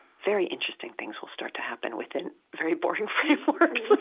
very interesting things will start to happen within very boring frameworks.